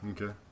Okay